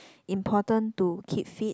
important to keep fit